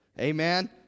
Amen